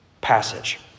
passage